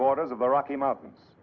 borders of the rocky mountains